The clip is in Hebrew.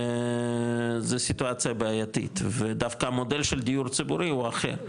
זו סיטואציה בעייתית ודווקא המודל של דיור ציבורי הוא אחר,